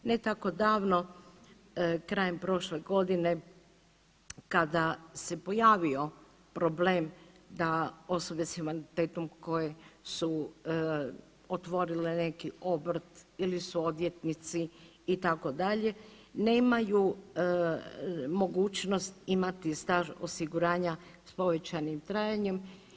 Ne tako davno krajem prošle godine kada se pojavio problem da osobe sa invaliditetom koje su otvorile neki obrt ili su odvjetnici i tako dalje nemaju mogućnost imati staž osiguranja sa povećanim trajanjem.